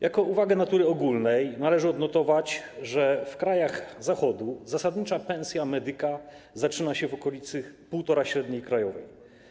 Jako uwagę natury ogólnej należy odnotować, że w krajach Zachodu zasadnicza pensja medyka zaczyna się w okolicy 1,5 średniej krajowej.